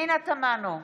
פנינה תמנו,